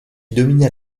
dominait